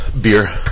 Beer